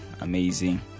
amazing